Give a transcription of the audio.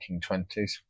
1920s